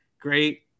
great